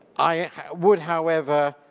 i would however,